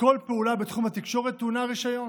כל פעולה בתחום התקשורת טעונה רישיון,